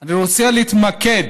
אני רוצה להתמקד